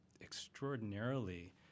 extraordinarily